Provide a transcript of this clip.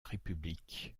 république